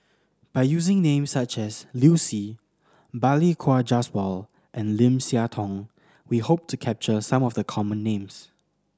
by using names such as Liu Si Balli Kaur Jaswal and Lim Siah Tong we hope to capture some of the common names